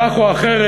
כך או אחרת,